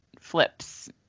flips